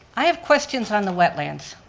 i have questions on the wetlands.